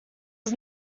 was